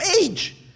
age